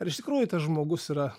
ar iš tikrųjų tas žmogus yra